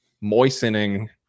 moistening